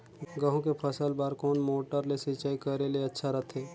गहूं के फसल बार कोन मोटर ले सिंचाई करे ले अच्छा रथे?